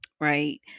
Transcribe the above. Right